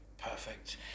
Perfect